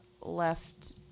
left